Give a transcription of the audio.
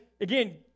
again